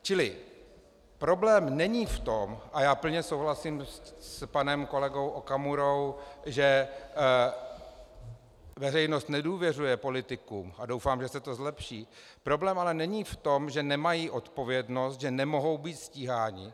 Čili problém není v tom a já plně souhlasím s panem kolegou Okamurou , že veřejnost nedůvěřuje politikům, a doufám, že se to zlepší, problém ale není v tom, že nemají odpovědnost, že nemohou být stíháni.